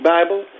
Bible